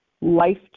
life